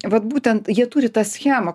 vat būtent jie turi tą schemą